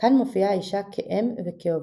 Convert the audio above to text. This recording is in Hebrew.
"כאן מופיעה האשה כאם וכעובדת.